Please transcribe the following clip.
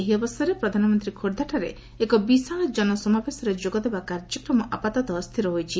ଏହି ଅବସରରେ ପ୍ରଧାନମନ୍ତୀ ଖୋର୍ବ୍ବାଠାରେ ଏକ ବିଶାଳ ଜନସମାବେଶରେ ଯୋଗ ଦେବା କାର୍ଯ୍ୟକ୍ରମ ଆପାତତଃ ସ୍ପିର ହୋଇଛି